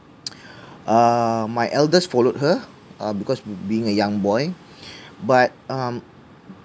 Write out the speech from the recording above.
uh my eldest followed her uh because being a young boy but um